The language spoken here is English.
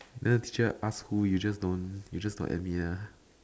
then the teacher ask who you just don't you just don't admit ah